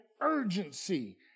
urgency